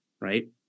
right